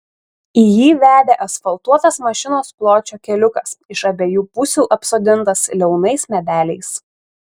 į jį vedė asfaltuotas mašinos pločio keliukas iš abiejų pusių apsodintas liaunais medeliais